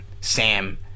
Sam